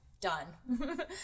Done